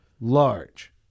Large